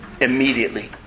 immediately